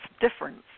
difference